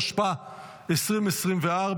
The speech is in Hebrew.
התשפ"ה 2024,